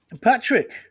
Patrick